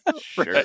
sure